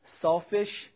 selfish